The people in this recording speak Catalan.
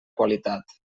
qualitat